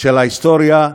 של ההיסטוריה,